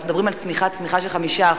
אנחנו מדברים על צמיחה של 5%,